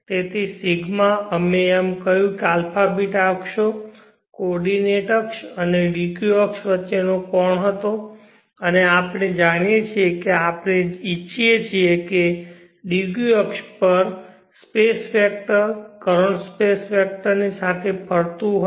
તેથી 𝜌 અમે કહ્યું કે αβ અક્ષો કોર્ડીનેટ અક્ષ અને dqઅક્ષ વચ્ચેનો કોણ હતો અને આપણે જાણીએ છીએ કે આપણે ઈચ્છીએ છીએ કે dq અક્ષ space vector current space vector ની સાથે ફરતું હોય